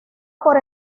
por